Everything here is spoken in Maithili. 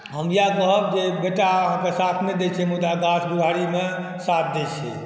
हम इएह कहब जे बेटा अहाँके साथ नहि दै छै मुदा गाछ बुढ़ारीमे साथ दै छै